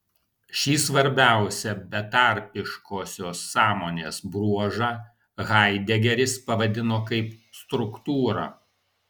šį svarbiausią betarpiškosios sąmonės bruožą haidegeris pavadino kaip struktūra